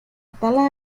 tala